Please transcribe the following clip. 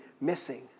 missing